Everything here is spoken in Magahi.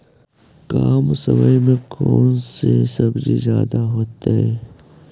कम समय में कौन से सब्जी ज्यादा होतेई?